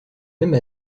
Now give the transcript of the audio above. même